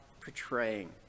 portraying